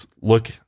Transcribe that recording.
look